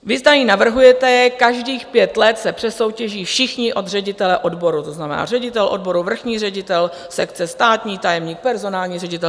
Vy tady navrhujete každých pět let se přesoutěží všichni od ředitele odboru, to znamená ředitel odboru, vrchní ředitel sekce, státní tajemník, personální ředitel...